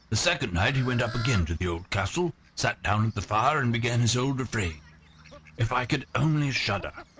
the second night he went up again to the old castle, sat down at the fire, and began his old refrain if i could only shudder!